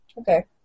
Okay